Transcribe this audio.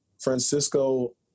Francisco